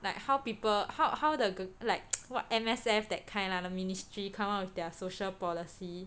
like how people how how the like what M_S_F that kind lah the ministry come out with their social policy